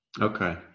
Okay